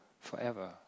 forever